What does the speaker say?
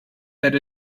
that